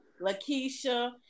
LaKeisha